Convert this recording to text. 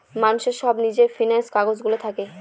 মানুষের সব নিজের ফিন্যান্স কাজ গুলো থাকে